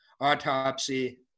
autopsy